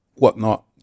whatnot